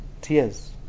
tears